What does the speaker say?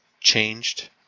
changed